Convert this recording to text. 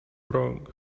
wrong